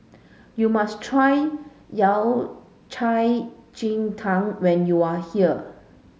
you must try Yao Cai Ji Tang when you are here